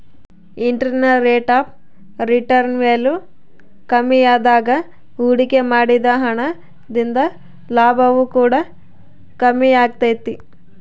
internal rate of return value ಕಮ್ಮಿಯಾದಾಗ ಹೂಡಿಕೆ ಮಾಡಿದ ಹಣ ದಿಂದ ಲಾಭವು ಕೂಡ ಕಮ್ಮಿಯಾಗೆ ತೈತೆ